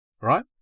right